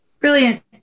brilliant